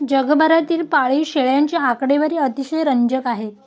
जगभरातील पाळीव शेळ्यांची आकडेवारी अतिशय रंजक आहे